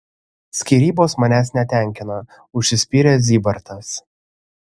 skyrybos manęs netenkina užsispyrė zybartas